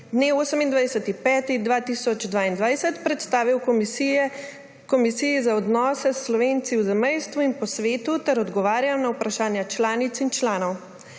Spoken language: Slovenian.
28. 5. 2022 predstavil Komisiji za odnose s Slovenci v zamejstvu in po svetu ter odgovarjal na vprašanja članic in članov.